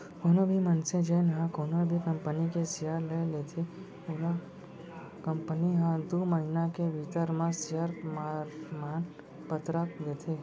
कोनो भी मनसे जेन ह कोनो भी कंपनी के सेयर ल लेथे ओला कंपनी ह दू महिना के भीतरी म सेयर परमान पतरक देथे